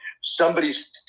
somebody's